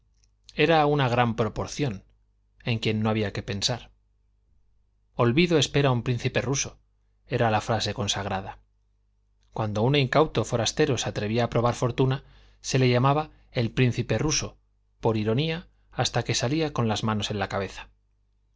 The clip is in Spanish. era una gran proporción en quien no había que pensar olvido espera un príncipe ruso era la frase consagrada cuando un incauto forastero se atrevía a probar fortuna se le llamaba el príncipe ruso por ironía hasta que salía con las manos en la cabeza